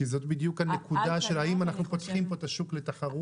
כי זאת בדיוק הנקודה של האם אנחנו פותחים פה את השוק לתחרות.